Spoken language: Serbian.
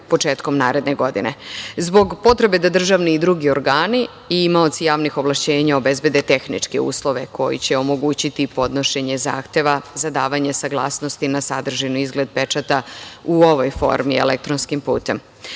početkom naredne godine. Zbog potrebe da državni i drugi organi i imaoci javnih ovlašćenja obezbede tehničke uslove koji će omogućiti i podnošenje zahteva za davanje saglasnosti na sadržinu i izgleda pečata u ovoj formi, elektronskim putem,